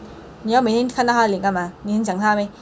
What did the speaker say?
你要每天看到他的脸干嘛你很想他 meh